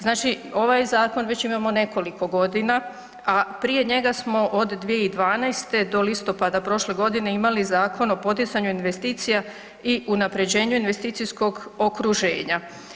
Znači ovaj zakon već imamo nekoliko godina, a prije njega smo od 2012. do listopada prošle godine imali Zakon o poticanju investicija i unapređenju investicijskog okruženja.